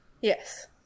Yes